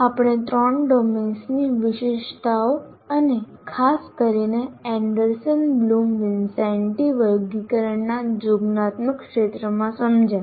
આપણે ત્રણ ડોમેન્સની વિશેષતાઓ અને ખાસ કરીને એન્ડરસન બ્લૂમ વિન્સેન્ટી વર્ગીકરણના જોગ્નાત્મક ક્ષેત્રમાં સમજ્યા